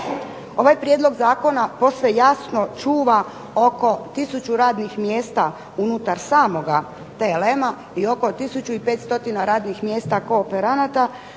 Ovaj prijedlog zakona posve jasno čuva oko 1000 radnih mjesta unutar samoga TLM-a i oko 1500 radnih mjesta kooperanata